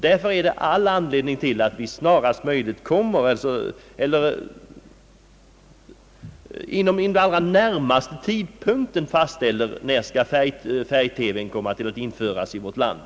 Därför är det angeläget att vi inom den allra närmaste tiden fastställer när färg-TV skall införas i vårt land.